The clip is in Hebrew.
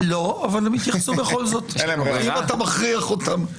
לא, אבל הם יתייחסו בכל זאת, אם אתה מכריח אותם.